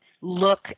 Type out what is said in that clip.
look